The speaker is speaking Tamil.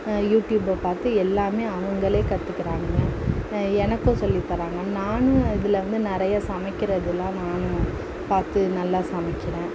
யூடியூப்பை பார்த்து எல்லாமே அவங்களே கற்றுக்கிறாங்க எ எனக்கும் சொல்லி தராங்க நானும் இதில் வந்து நிறைய சமைக்கிறதுலாம் நானும் பார்த்து நல்லா சமைக்கிறேன்